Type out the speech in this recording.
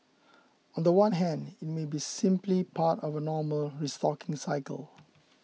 on the one hand it may be simply part of a normal restocking cycle